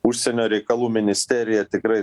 užsienio reikalų ministerija tikrai